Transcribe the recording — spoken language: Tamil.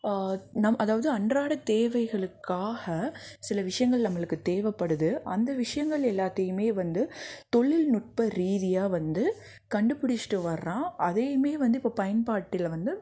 நம் அதாவது அன்றாட தேவைகளுக்காக சில விஷயங்கள் நம்மளுக்கும் தேவைப்படுது அந்த விஷயங்கள் எல்லாத்தையுமே வந்து தொழில்நுட்பரீதியா வந்து கண்டுபிடிச்சிட்டு வர்றான் அதையுமே வந்து இப்போ பயன்பாட்டில் வந்து